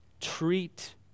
treat